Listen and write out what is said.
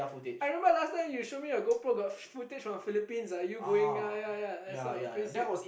I remember last time you show me your GoPro got footage from Philippines are you going ya ya I saw pretty sick